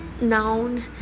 noun